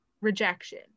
rejection